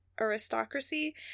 Aristocracy